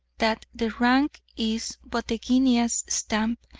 that the rank is but the guinea's stamp,